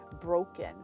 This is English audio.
broken